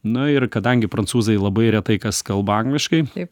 nu ir kadangi prancūzai labai retai kas kalba angliškai